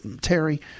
Terry